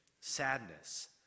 sadness